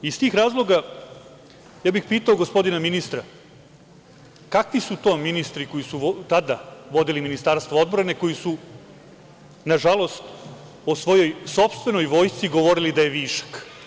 Iz tih razloga bih pitao gospodina ministra kakvi su to ministri koji su tada vodili Ministarstvo odbrane, koji su, nažalost, o svojoj sopstvenoj vojsci govorili da je višak?